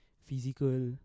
Physical